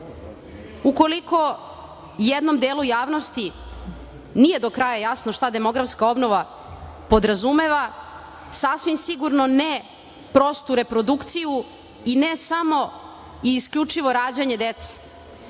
obnove. Ukoliko jednom delu javnosti nije do kraja jasno šta demografska obnova podrazumeva, sasvim sigurno ne prostu reprodukciju i ne samo i isključivo rađanje dece.